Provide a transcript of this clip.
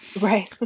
Right